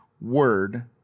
word